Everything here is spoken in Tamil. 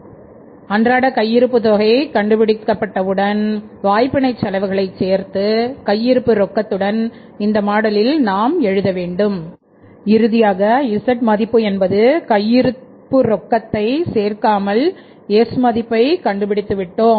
இருப்புரொக்கத்தின் அன்றாட கையிருப்புத் தொகை கண்டுபிடிக்க பட்டவுடன் வாய்ப்பினை செலவுகளையும் சேர்த்து கையிருப்பு ரொக்கத்துடன் இந்த மாடலில் நாம் எழுத வேண்டும் இறுதியாக z மதிப்பு என்பது கையிருப்பு ரொக்கத்தை சேர்க்காமல் s மதிப்பை கண்டுபிடித்து விட்டோம்